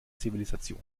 zivilisation